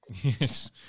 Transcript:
Yes